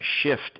shift